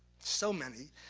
so many,